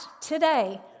today